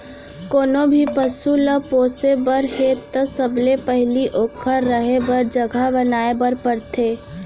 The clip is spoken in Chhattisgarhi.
कोनों भी पसु ल पोसे बर हे त सबले पहिली ओकर रहें बर जघा बनाए बर परथे